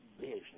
business